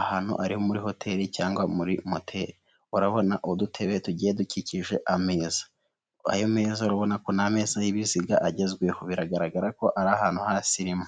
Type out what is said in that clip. ahantu ari muri hoteli cyangwa muri Moteli. Urabona udutebe tugiye dukikije ameza. Ayo meza urabona ko ni ameza y'ibiziga agezweho, biragaragara ko ari ahantu hasirimu.